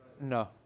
No